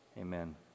amen